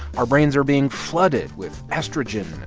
our brains are being flooded with estrogen,